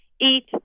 eat